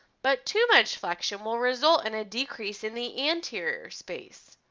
but too much flexion will result in a decrease in the anterior space.